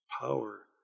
power